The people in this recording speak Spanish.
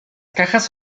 cajas